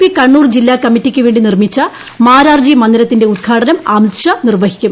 P Kannur ജില്ലാ കമ്മറ്റിക്ക് വേണ്ടി നിർമ്മിച്ച മാരാർജി മന്ദിരത്തിന്റെ ഉദ്ഘാടനം അമിത് ഷാ നിർവഹിക്കും